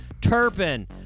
turpin